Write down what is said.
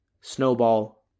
snowball